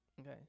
okay